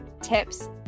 tips